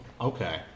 Okay